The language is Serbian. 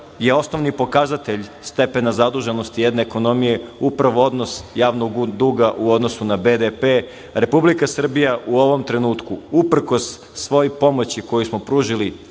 je osnovni pokazatelj stepena zaduženosti jedne ekonomije upravo odnos javnog duga u odnosu na BDP. Republika Srbija u ovom trenutku uprkos svoj pomoći koju smo pružili